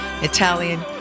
Italian